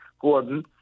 Gordon